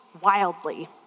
wildly